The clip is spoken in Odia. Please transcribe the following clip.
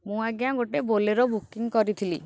ମୁଁ ଆଜ୍ଞା ଗୋଟେ ବୋଲେରୋ ବୁକିଂ କରିଥିଲି